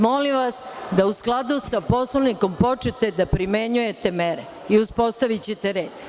Molim vas, da u skladu sa Poslovnikom, počnete da primenjujete mere i uspostavićete red.